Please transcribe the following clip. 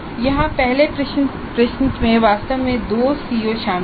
यहां पहले प्रश्न में वास्तव में दो सीओ शामिल हैं